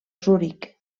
zuric